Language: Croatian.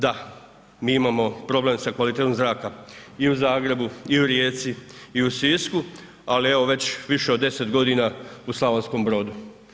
Da, mi imamo problem sa kvalitetom zraka i u Zagrebu i u Rijeci i u Sisku, ali evo već više od 10 godina u Slavonskom Brodu.